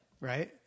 right